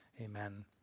Amen